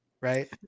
right